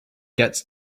gets